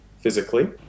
physically